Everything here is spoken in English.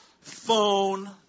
phone